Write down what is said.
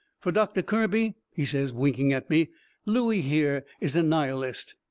fur doctor kirby, he says, winking at me looey, here, is a nihilist.